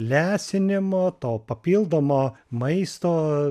lesinimo to papildomo maisto